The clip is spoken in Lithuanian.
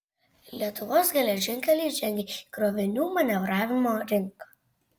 lietuvos geležinkeliai žengia į krovinių manevravimo rinką